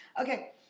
Okay